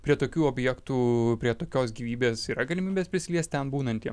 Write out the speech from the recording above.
prie tokių objektų prie tokios gyvybės yra galimybės prisiliest ten būnantiem